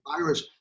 virus